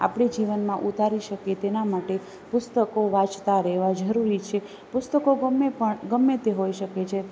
આપણે જીવનમાં ઉતારી શકીએ તેના માટે પુસ્તકો વાંચતાં રહેવા જરૂરી છે પુસ્તકો ગમે પણ ગમે તે હોઇ શકે છે